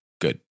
good